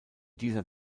dieser